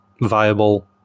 viable